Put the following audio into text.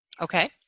Okay